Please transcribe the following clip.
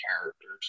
characters